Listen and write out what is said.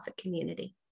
community